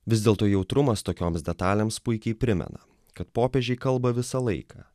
vis dėlto jautrumas tokioms detalėms puikiai primena kad popiežiai kalba visą laiką